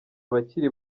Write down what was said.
abakiri